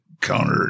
counter